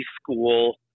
School